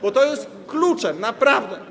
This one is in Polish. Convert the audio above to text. Bo to jest kluczem, naprawdę.